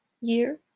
year